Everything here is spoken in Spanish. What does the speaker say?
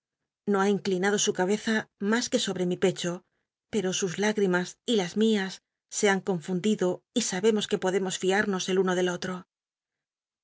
no ha inclinado su cabeza mas que sobre mi pecho pero sus hígtimas y las mias se han confundid o y sabemos que podemos fiamos el uno del otro